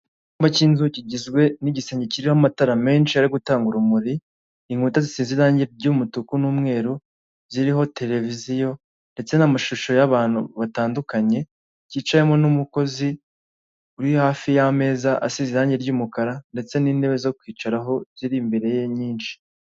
Imodoka iri ahantu kuruhande muri kaburimbo, ihagaze amafaranga miliyoni cumi n'eshanu, ikaba ari iyo muri bibiri na cumi n'icyenda.